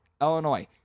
Illinois